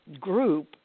group